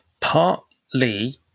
Partly